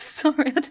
sorry